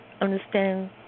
understand